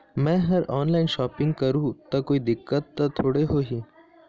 मैं हर online shopping करू ता कोई दिक्कत त थोड़ी होही?